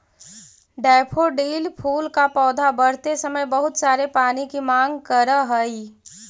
daffodil फूल का पौधा बढ़ते समय बहुत सारे पानी की मांग करअ हई